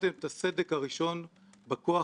זה דבר שמטריד אותנו בציבור,